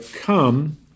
Come